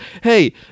hey